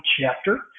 chapter